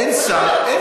אין שר.